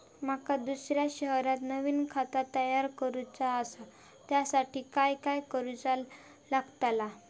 माका दुसऱ्या शहरात नवीन खाता तयार करूचा असा त्याच्यासाठी काय काय करू चा लागात?